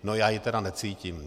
No, já ji tedy necítím.